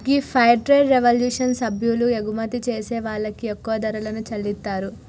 గీ fair trade revolution సభ్యులు ఎగుమతి చేసే వాళ్ళకి ఎక్కువ ధరలను చెల్లితారు